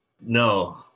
no